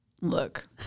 look